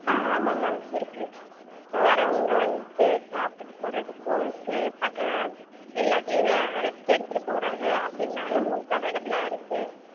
ஆ ஆமாம் மேம் இருக்குது இப்போ வர்றவங்க வந்துட்டு சாப்பிட்டு போகிறதுக்கும் இருக்குது பக்க இல்லாட்டி ரெ ரெஸ்ட் எடுத்துகிட்டு போகிறது அப்படின்னாலும் ரூம்ஸ் அவைலபுளாக இருக்குது